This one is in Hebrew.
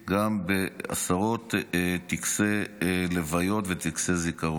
בעשרות טקסי לוויות וטקסי זיכרון.